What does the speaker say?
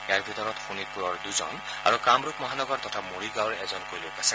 ইয়াৰ ভিতৰত শোণিতপুৰৰ দুজন আৰু কামৰূপ মহানগৰ তথা মৰিগাঁৱৰ এজনকৈ লোক আছে